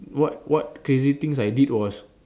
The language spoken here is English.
what what crazy things I did was